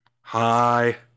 Hi